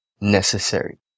necessary